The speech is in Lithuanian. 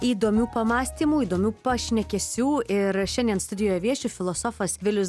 įdomių pamąstymų įdomių pašnekesių ir šiandien studijoje vieši filosofas vilius